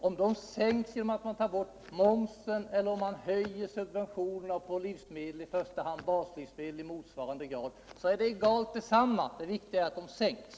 Om de sänks genom att man tar bort momsen eller genom att man höjer subventionerna för livsmedel —- i första hand baslivsmedel - i motsvarande grad är egalt. Det viktiga är att priserna sänks.